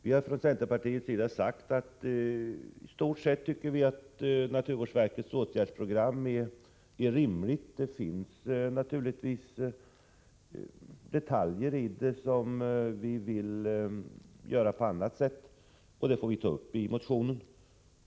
Vi har från centerpartiets sida sagt att vi i stort sett tycker att naturvårdsverkets åtgärdsprogram är rimligt. Det finns naturligtvis detaljer i programmet där vi vill göra på annat sätt, men det får vi ta upp i motioner.